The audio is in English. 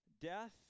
death